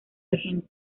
regente